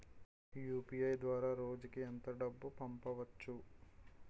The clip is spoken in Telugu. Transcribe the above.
యు.పి.ఐ ద్వారా రోజుకి ఎంత డబ్బు పంపవచ్చు?